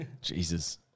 Jesus